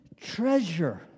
treasure